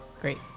Great